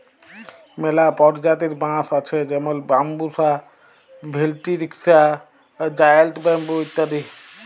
ম্যালা পরজাতির বাঁশ আছে যেমল ব্যাম্বুসা ভেলটিরিকসা, জায়েল্ট ব্যাম্বু ইত্যাদি